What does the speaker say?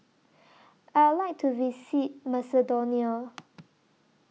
I Would like to visit Macedonia